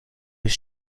his